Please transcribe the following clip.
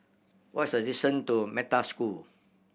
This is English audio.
what is the distant to Metta School